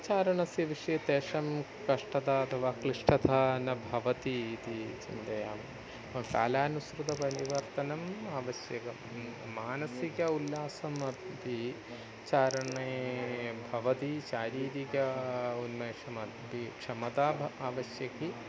चारणस्य विषये तेषां कष्टता अथवा क्लिष्टथा न भवति इति चिन्तयामि कालानुसृतपरिवर्तनम् आवश्यकं मानसिकोल्लासम् अपि चारणे भवति शारीरिकोन्मेषमपि क्षमता वा आवश्यकी